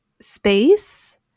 space